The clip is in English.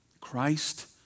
Christ